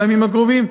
בימים הקרובים,